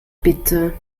bitte